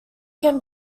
can